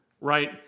right